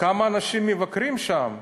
כמה אנשים מבקרים שם?